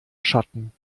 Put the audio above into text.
schatten